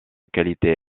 qualité